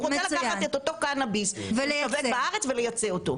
הוא רוצה לקחת את אותו קנאביס שמיוצר בארץ ולייצא אותו.